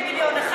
11 מיליון.